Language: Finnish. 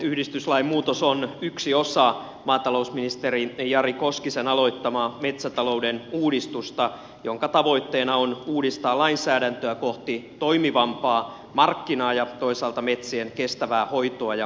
metsänhoitoyhdistyslain muutos on yksi osa maatalousministeri jari koskisen aloittamaa metsätalouden uudistusta jonka tavoitteena on uudistaa lainsäädäntöä kohti toimivampaa markkinaa ja toisaalta metsien kestävää hoitoa ja käyttöä